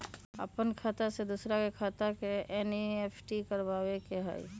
अपन खाते से दूसरा के खाता में एन.ई.एफ.टी करवावे के हई?